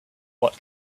what